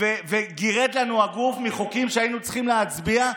וגירד לנו הגוף מחוקים שהיינו צריכים להצביע,